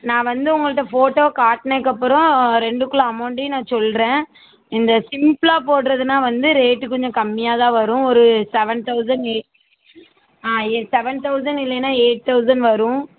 நான் வந்து உங்கள்ட்ட ஃபோட்டோ காட்னதுக்கப்பறம் ரெண்டுக்குள்ள அமௌண்ட்டையும் நான் சொல்கிறேன் இந்த சிம்பிளா போடுறதுனா வந்து ரேட்டு கொஞ்சம் கம்மியாக தான் வரும் ஒரு சவன் தவுசண்ட் எய்ட் ஆ சவன் தவுசண்ட் இல்லைனா எயிட் தவுசண்ட் வரும்